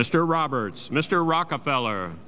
mr roberts mr rockefeller